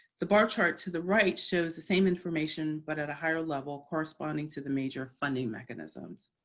the bar chart to the right shows the same information, but at a higher level, corresponding to the major funding mechanisms.